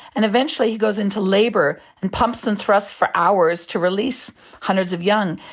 and eventually he goes into labour and pumps and thrusts for hours to release hundreds of young.